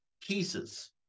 pieces